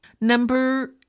Number